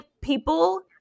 people